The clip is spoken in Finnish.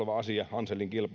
on